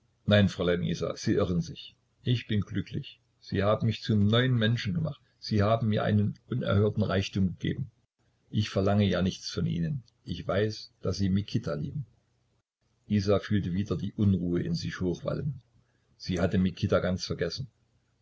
nein fräulein isa sie irren sich ich bin glücklich sie haben mich zum neuen menschen gemacht sie haben mir einen unerhörten reichtum gegeben ich verlange ja nichts von ihnen ich weiß daß sie mikita lieben isa fühlte wieder die unruhe in sich hochwallen sie hatte mikita ganz vergessen